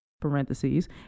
parentheses